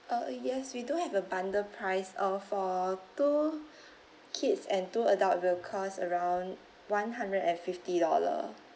uh yes we do have a bundle price uh for two kids and two adult will cost around one hundred and fifty dollars